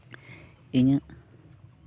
ᱤᱧᱟᱹᱜ